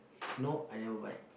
no I never buy